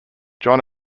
john